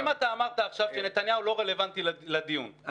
אם אמרת עכשיו שנתניהו לא רלוונטי לדיון,